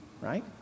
right